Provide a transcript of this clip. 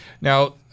Now